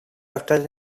after